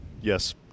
Yes